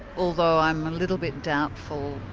although i'm a little bit doubtful,